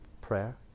prayer